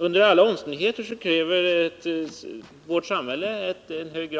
Under alla omständigheter kräver vårt samhälle mycket